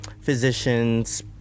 physicians